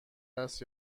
است